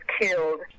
killed